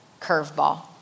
curveball